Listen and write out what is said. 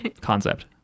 concept